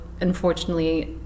unfortunately